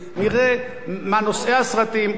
נראה מה נושאי הסרטים.